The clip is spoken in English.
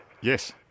Yes